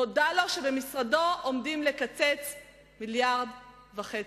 נודע לו שבמשרדו עומדים לקצץ 1.5 מיליארד שקלים?